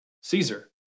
Caesar